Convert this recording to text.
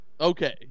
okay